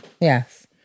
Yes